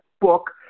book